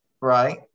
Right